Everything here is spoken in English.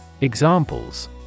Examples